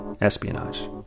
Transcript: espionage